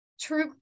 true